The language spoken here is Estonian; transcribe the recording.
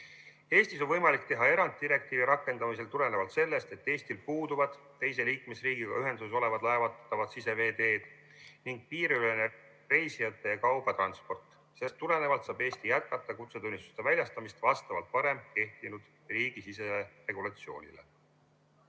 Eestis on võimalik teha direktiivi rakendamisel erand tulenevalt sellest, et Eestil puuduvad teise liikmesriigiga ühenduses olevad laevatatavad siseveeteed ning piiriülene reisijate ja kauba transport. Sellest tulenevalt saab Eesti jätkata kutsetunnistuste väljastamist vastavalt varem kehtinud riigisisesele